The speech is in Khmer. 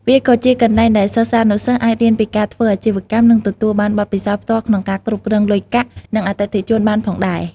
វាក៏ជាកន្លែងដែលសិស្សានុសិស្សអាចរៀនពីការធ្វើអាជីវកម្ម និងទទួលបានបទពិសោធន៍ផ្ទាល់ក្នុងការគ្រប់គ្រងលុយកាក់ និងអតិថិជនបានផងដែរ។